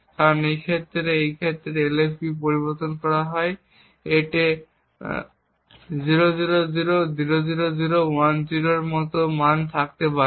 কারণ এটি রয়েছে এই ক্ষেত্রে LSB বিট পরিবর্তন করা হয় বা এতে 00000010 এর মতো মান থাকতে পারে